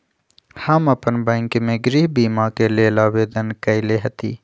हम अप्पन बैंक में गृह बीमा के लेल आवेदन कएले हति